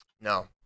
No